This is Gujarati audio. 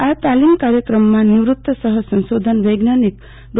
આ તાલીમ કાર્યકંમમાં નિવૃત સહ સંશોધન વૈજ્ઞાનિકડો